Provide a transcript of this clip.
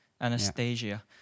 Anastasia